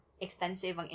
extensive